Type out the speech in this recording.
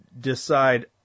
decide